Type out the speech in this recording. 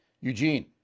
Eugene